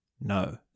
No